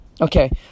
Okay